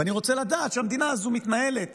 ואני רוצה לדעת שהמדינה הזו מתנהלת